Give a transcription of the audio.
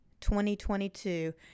2022